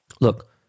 Look